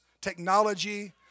technology